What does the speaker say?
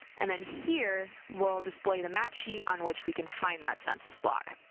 and then here will display the map sheet on which we can find that census block.